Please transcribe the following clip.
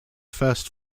first